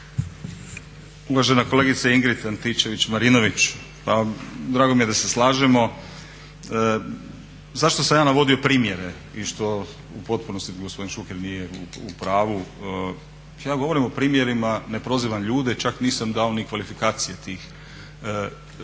Uvažena kolegice Ingrid Antičević-Marinović pa drago mi je da se slažemo. Zašto sam ja navodio primjere i što u potpunosti gospodin Šuker nije u pravu ja govorim o primjerima, ne prozivam ljude, čak nisam dao ni kvalifikacije tih sudskih